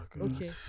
Okay